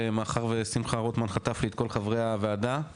מאחר ושמחה רוטמן חטף לי את כל חברי הוועדה,